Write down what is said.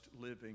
living